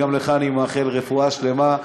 גם לך אני מאחל רפואה שלמה,